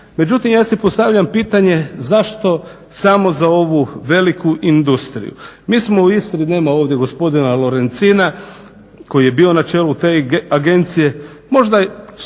Međutim, ja si postavljam pitanje zašto samo za ovu veliku industriju. Mi smo u Istri, nema ovdje gospodina Lorencina koji je bio na čelu te agencije,